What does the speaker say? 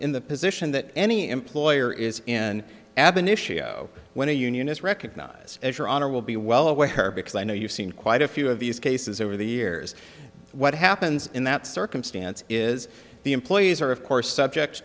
in the position that any employer is in aben issue when a union is recognized as your honor will be well aware because i know you've seen quite a few of these cases over the years what happens in that circumstance is the employees are of course subject